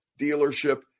dealership